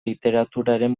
literaturaren